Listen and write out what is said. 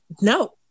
no